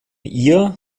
ihr